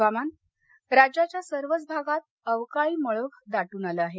हवामान राज्याच्या सर्वच भागात अवकाळी मळभ दाटून आलं आहे